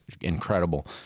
incredible